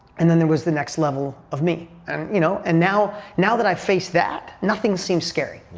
and then there was the next level of me. um you know and now, now that i've faced that, nothing seems scary.